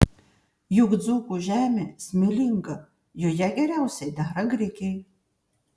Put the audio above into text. juk dzūkų žemė smėlinga joje geriausiai dera grikiai